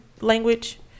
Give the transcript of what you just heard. language